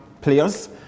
players